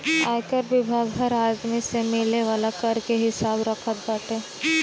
आयकर विभाग हर आदमी से मिले वाला कर के हिसाब रखत बाटे